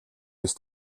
ist